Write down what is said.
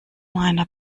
meiner